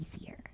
easier